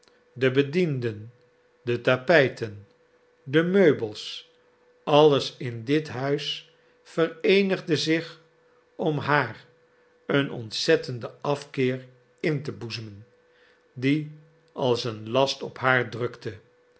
de bedienden de tapijten de meubels alles in dit huis vereenigde zich om haar een ontzettenden afkeer in te boezemen die als een last op haar drukte